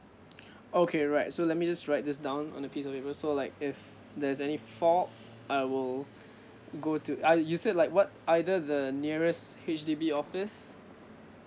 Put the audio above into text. okay right so let me just write this down on a piece of paper so like if there's any fault I will go to uh you said like what either the nearest H_D_B office